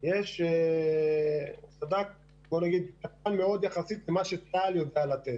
יש סד"כ קטן מאוד יחסית למה שצה"ל יודע לתת.